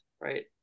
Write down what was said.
right